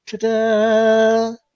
ta-da